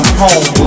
home